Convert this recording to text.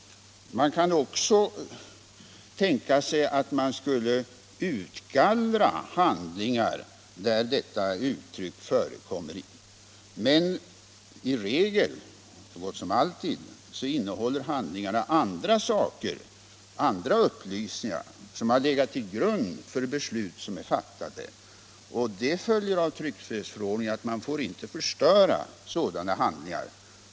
benämningen Man kan tänka sig att gallra ut handlingar där uttrycket tattare fö — ”tattare” i äldre rekommer. Men i regel — så gott som alltid — innehåller handlingarna = behandlingsjournaandra upplysningar som har legat till grund för beslut som är fattade, = ler inom kriminaloch det följer av tryckfrihetsförordningen att man inte får förstöra sådana vården handlingar.